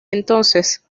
entonces